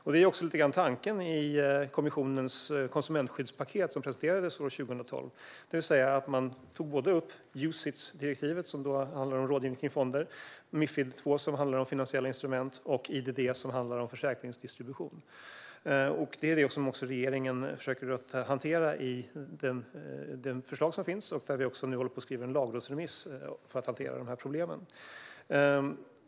Detta är också lite grann tanken i kommissionens konsumentskyddspaket, som presenterades 2012. Man tog upp både Ucitsdirektivet, som handlar om rådgivning kring fonder, Mifid II, som handlar om finansiella instrument, och IDD, som handlar om försäkringsdistribution. Det är detta som regeringen försöker hantera i det förslag som finns, och vi håller också på och skriver en lagrådsremiss för att hantera dessa problem.